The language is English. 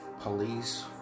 police